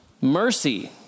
mercy